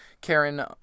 Karen